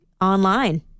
online